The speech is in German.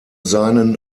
seinen